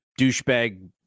douchebag